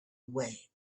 away